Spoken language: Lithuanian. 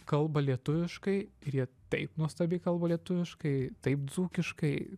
kalba lietuviškai ir jie taip nuostabiai kalba lietuviškai taip dzūkiškai